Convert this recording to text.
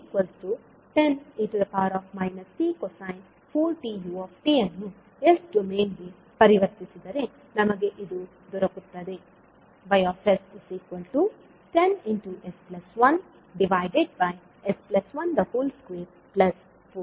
yt 10e t cos⁡4tu ಯನ್ನು s domain ಗೆ ಪರಿವರ್ತಿಸಿದರೆ ನಮಗೆ ಇದು ದೊರಕುತ್ತದೆ Y10s1s1242 ಇಲ್ಲಿ ω4